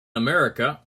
america